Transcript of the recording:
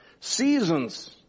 seasons